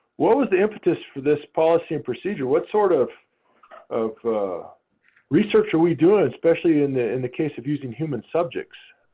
what was the impetus for this policy and procedure? what sort of of research are we doing, especially in the in the case of using human subjects?